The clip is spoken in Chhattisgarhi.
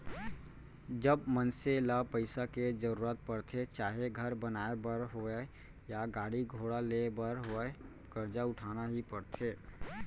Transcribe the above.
जब मनसे ल पइसा के जरुरत परथे चाहे घर बनाए बर होवय या गाड़ी घोड़ा लेय बर होवय करजा उठाना ही परथे